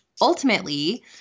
ultimately